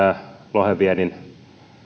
lohenviennin